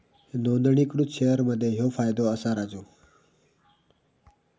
नोंदणीकृत शेअर मध्ये ह्यो फायदो असा राजू